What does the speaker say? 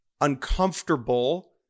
uncomfortable